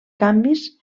canvis